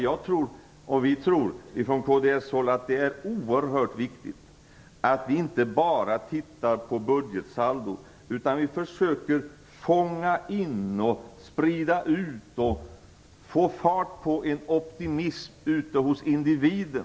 Vi i kds tror att det är oerhört viktigt att inte bara titta på budgetsaldot. I stället måste vi försöka fånga in, få fart på och sprida en optimism hos individen.